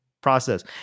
process